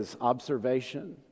observation